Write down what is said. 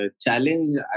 challenge